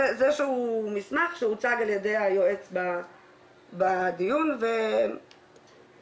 זה איזשהו מסמך שהוצג על-ידי היועץ בדיון ופשוט